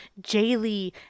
Jaylee